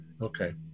Okay